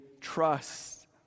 trust